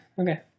okay